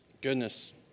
Goodness